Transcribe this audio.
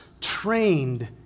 trained